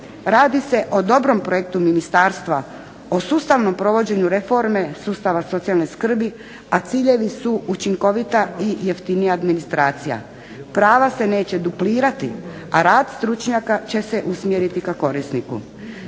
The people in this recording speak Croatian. radi s o dobrom projektu ministarstva, o sustavnom provođenju reforme sustava socijalne skrbi, a ciljevi su učinkovita i jeftinija administracija, prava se neće duplirati, a rad stručnjaka će se usmjeriti ka korisniku.